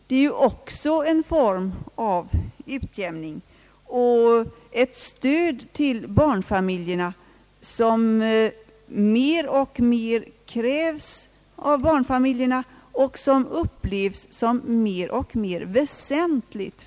Det är också en form av utjämning och ett stöd till barnfamiljerna som dessa kräver och som de upplever såsom mer och mer väsentligt.